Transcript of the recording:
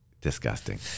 disgusting